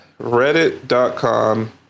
Reddit.com